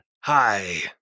Hi